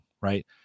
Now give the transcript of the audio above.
right